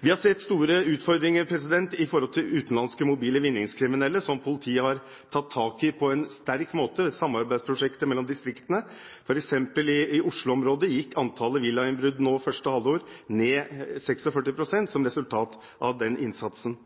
Vi har sett store utfordringer i forhold til utenlandske mobile vinningskriminelle, som politiet har tatt tak i på en sterk måte i samarbeidsprosjektet mellom distriktene. For eksempel gikk antallet villainnbrudd i Oslo-området første halvår ned 46 pst. som resultat av den innsatsen.